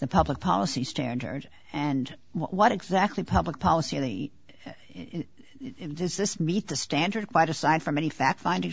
the public policy standard and what exactly public policy does this meet the standard quite aside from any fact fin